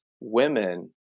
women